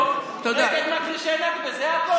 שיהיה חוק נגד מכחישי נכבה, זה הכול.